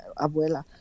Abuela